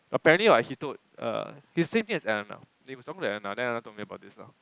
apparently like he told err the same thing as Annabelle they were talking about something else then Annabelle told me about this lah